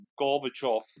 Gorbachev